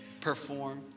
perform